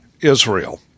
Israel